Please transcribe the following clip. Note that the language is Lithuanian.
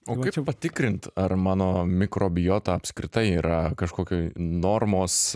o kaip patikrint ar mano mikrobiota apskritai yra kažkokioj normos